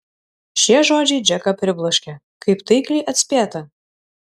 šie žodžiai džeką pribloškė kaip taikliai atspėta